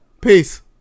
peace